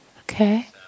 Okay